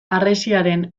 harresiaren